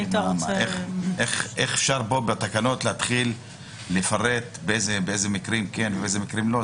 איך אפשר בתקנות להתחיל לפרט באיזה מקרים כן ובאיזה מקרים לא?